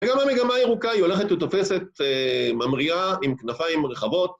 וגם המגמה הירוקה, היא הולכת ותופסת... ממריאה עם כנפיים רחבות